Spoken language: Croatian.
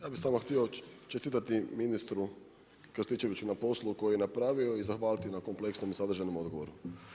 Ja bi samo htio čestitati ministru Krstičeviću na poslu koji je napravio i zahvaliti na kompleksom i sadržajnom odgovoru.